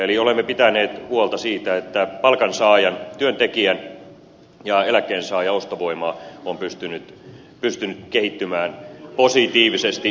eli olemme pitäneet huolta siitä että palkansaajan työntekijän ja eläkkeensaajan ostovoima on pystynyt kehittymään positiivisesti